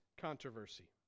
controversy